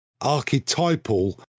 archetypal